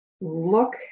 look